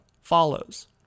follows